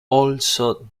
also